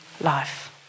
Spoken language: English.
life